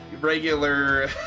regular